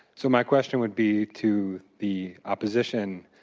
so, my question would be to the opposition,